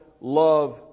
love